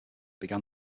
began